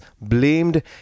blamed